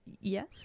Yes